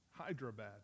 Hyderabad